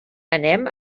anem